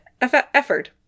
effort